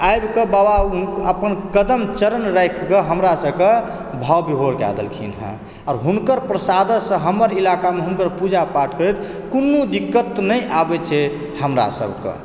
आबि कऽ बाबा अपन कदम चरण राखि कऽ हमरा सबके भाव विभोर कए देलखिन हँ आओर हुनकर प्रसादेसँ हमर इलाकामे हुनकर पूजा पाठ करैत कोनो दिक्कत नहि आबए छै हमरा सबके